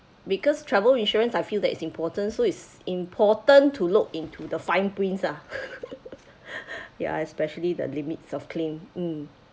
because travel insurance I feel that it's important so it's important to look into the fine prints ah ya especially the limits of claim um